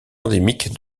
endémique